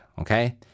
okay